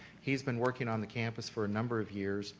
he's been working on the campus for a number of years